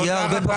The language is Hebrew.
תודה, תודה רבה.